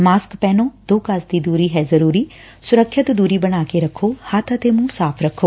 mask ਪਹਿਨੋ ਦੋ ਗਜ਼ ਦੀ ਦੂਰੀ ਹੈ ਜ਼ਰੂਰੀ ਸੁਰੱਖਿਅਤ ਦੂਰੀ ਬਣਾ ਕੇ ਰਖੋ ਹੱਬ ਅਤੇ ਮੁੰਹ ਸਾਫ਼ ਰੱਖੋ